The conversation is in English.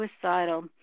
suicidal